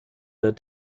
der